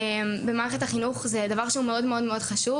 הוא דבר מאוד חשוב,